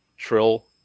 trill